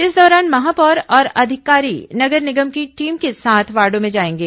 इस दौरान महापौर और अधिकारी नगर निगम की टीम के साथ वार्डों में जाएंगे